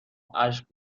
اشک